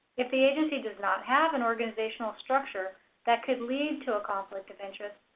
if the agency does not have an organizational structure that could lead to a conflict of interest,